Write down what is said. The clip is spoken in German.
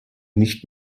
nicht